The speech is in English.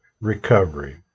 recovery